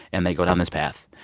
and they go down this path.